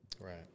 Right